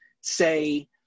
say